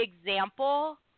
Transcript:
example